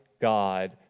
God